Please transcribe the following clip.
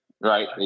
Right